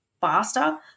faster